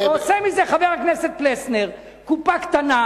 עושה מזה חבר הכנסת פלסנר קופה קטנה,